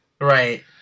Right